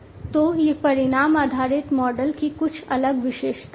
तो ये परिणाम आधारित मॉडल की कुछ अलग विशेषताएं हैं